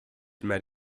met